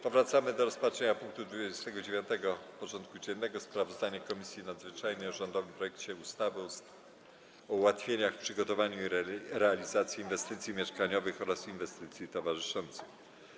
Powracamy do rozpatrzenia punktu 29. porządku dziennego: Sprawozdanie Komisji Nadzwyczajnej o rządowym projekcie ustawy o ułatwieniach w przygotowaniu i realizacji inwestycji mieszkaniowych oraz inwestycji towarzyszących.